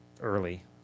early